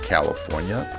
California